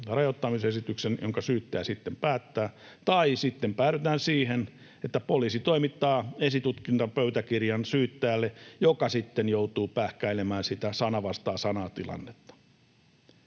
rajoittamisesityksen, jonka syyttäjä sitten päättää, tai sitten päädytään siihen, että poliisi toimittaa esitutkintapöytäkirjan syyttäjälle, joka sitten joutuu pähkäilemään sitä sana vastaan sana ‑tilannetta.